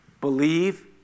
Believe